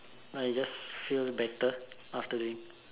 I just feel better after doing